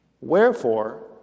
Wherefore